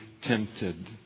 tempted